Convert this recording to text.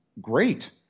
great